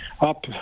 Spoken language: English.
up